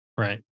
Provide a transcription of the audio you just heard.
Right